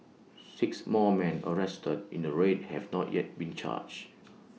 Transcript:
six more men arrested in the raid have not yet been charged